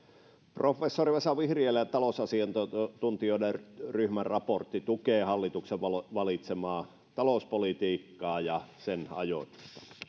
professori vesa vihriälän talousasiantuntijoiden ryhmän raportti tukee hallituksen valitsemaa talouspolitiikkaa ja sen ajoitusta